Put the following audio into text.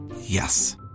Yes